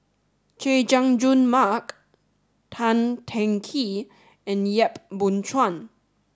Chay Jung Jun Mark Tan Teng Kee and Yap Boon Chuan